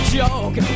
joke